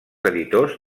editors